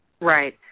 Right